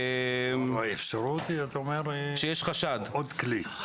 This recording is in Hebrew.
אתה אומר שיש אפשרות לעוד כלי.